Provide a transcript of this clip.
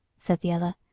said the other,